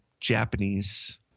Japanese